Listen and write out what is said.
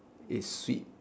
it's sweet